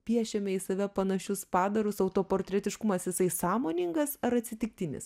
piešiame į save panašius padarus autoportretiškumas jisai sąmoningas ar atsitiktinis